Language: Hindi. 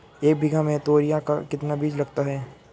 एक बीघा में तोरियां का कितना बीज लगता है?